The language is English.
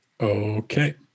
Okay